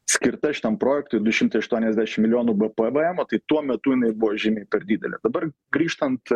skirta šitam projektui du šimtai aštuoniasdešim milijonų be pvemo tai tuo metu jinai buvo žymiai per didelė dabar grįžtant